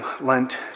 Lent